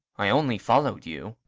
i only followed you.